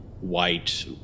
white